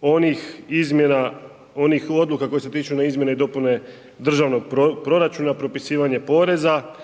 onih izmjena onih odluka koje se tiču na izmjene i dopune državnog proračuna, propisivanja poreza